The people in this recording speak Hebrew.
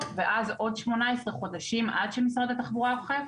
ואז עוד 18 חודשים עד שמשרד התחבורה אוכף,